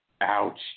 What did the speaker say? Ouch